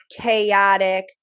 chaotic